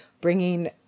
bringing